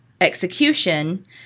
execution